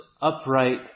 upright